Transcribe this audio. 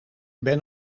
ben